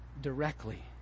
directly